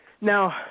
Now